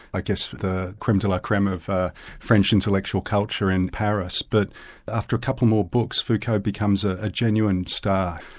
i guess the creme de la creme of ah french intellectual culture in paris. but after a couple more books, foucault becomes a a genuine star.